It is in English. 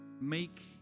Make